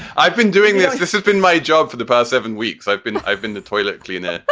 i've been doing this. this has been my job for the past seven weeks. i've been i've been the toilet cleaner.